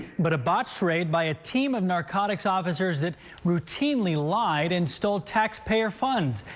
but a botched raid by a team of narcotics officers that routinely lied and stole tax payer funds.